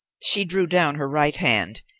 she drew down her right hand,